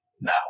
now